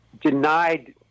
denied